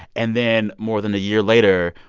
and then, more than a year later,